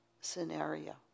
scenario